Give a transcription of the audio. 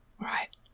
right